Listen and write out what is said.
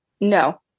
No